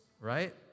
Right